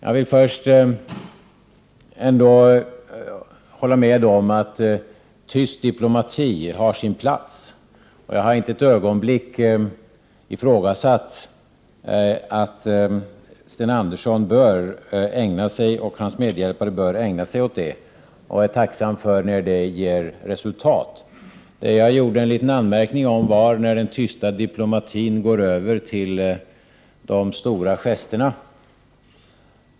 Jag håller med om att tyst diplomati har sin plats. Och jag har inte ett ögonblick ifrågasatt att Sten Andersson och hans medhjälpare bör ägna sig åt det, och jag är tacksam när den tysta diplomatin ger resultat. Jag gjorde en liten anmärkning om när den tysta diplomatin går över till de stora gesterna.